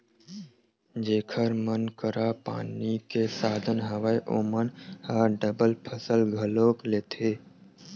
जेखर मन करा पानी के साधन हवय ओमन ह डबल फसल घलोक लेथे